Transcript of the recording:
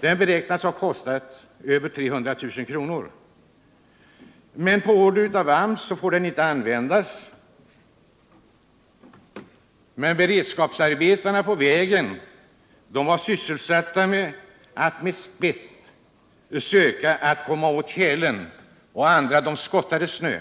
Den beräknas ha kostat över 300 000 kr., men på order av AMS får den inte användas. Men några av beredskapsarbetarna på vägen var sysselsatta med att med spett söka komma åt tjälen, medan andra skottade snö.